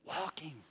Walking